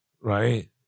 right